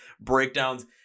breakdowns